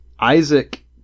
Isaac